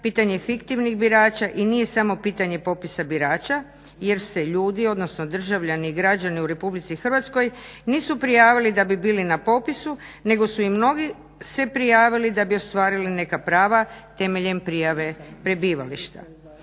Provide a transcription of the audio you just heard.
pitanje fiktivnih birača i nije samo pitanje popisa birača jer se ljudi, odnosno državljani i građani u RH nisu prijavili da bi bili na popisu nego su mnogi se prijavili da bi ostvarili neka prava temeljem prijave prebivališta.